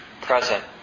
present